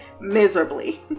miserably